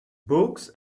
books